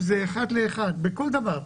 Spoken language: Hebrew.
זה אחד לאחד בכל דבר.